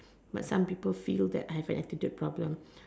but somebody feel that I have a attitude problem